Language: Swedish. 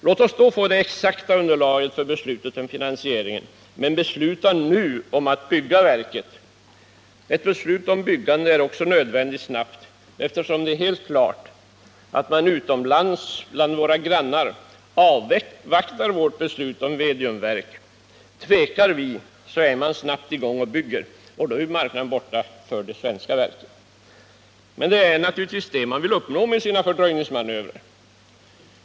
Låt oss då få det exakta underlaget för beslutet om finansiering, men besluta nu om att bygga verket. Ett snart beslut om byggande är också nödvändigt, eftersom det är helt klart att man utomlands, bland våra grannar, avvaktar vårt beslut om mediumverk. Tvekar vi är man snabbt i gång och bygger, och då är marknaden borta för det svenska verket. Men det är naturligtvis detta man vill uppnå med sina fördröjningsmanövrer.